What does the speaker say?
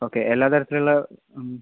okay എല്ലാ തരത്തിൽ ഉള്ള